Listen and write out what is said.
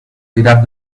tirar